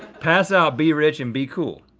pass out, be rich, and be cool,